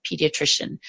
pediatrician